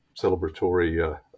celebratory